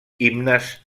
himnes